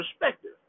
perspective